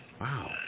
Wow